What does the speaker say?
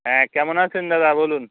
হ্যাঁ কেমন আছেন দাদা বলুন